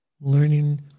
Learning